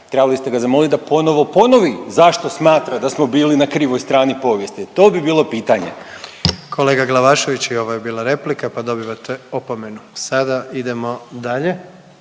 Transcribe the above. Trebali ste ga zamoliti da ponovo ponovi zašto smatra da smo bili na krivoj strani povijesti, to bi bilo pitanje. **Jandroković, Gordan (HDZ)** Kolega Glavašević i ovo je bila replika, pa dobivate opomenu. Sada idemo dalje,